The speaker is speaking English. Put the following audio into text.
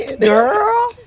Girl